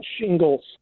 shingles